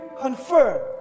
confirm